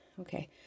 Okay